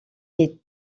est